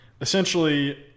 essentially